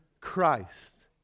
Christ